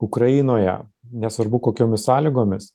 ukrainoje nesvarbu kokiomis sąlygomis